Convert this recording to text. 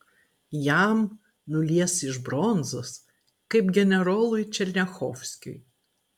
jam nulies iš bronzos kaip generolui černiachovskiui